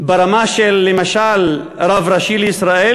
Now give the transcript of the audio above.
ברמה של, למשל, רב ראשי לישראל